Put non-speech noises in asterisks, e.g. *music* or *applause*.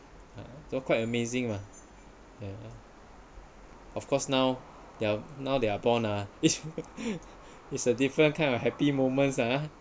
so quite amazing mah of course now they're now there are born ah *laughs* it's a different kind of happy moments ah